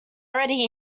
already